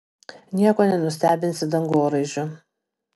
nieko nenustebinsi dangoraižiu